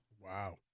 Wow